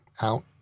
out